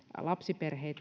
lapsiperheitä tämä